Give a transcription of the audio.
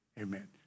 Amen